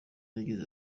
yagize